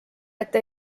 ette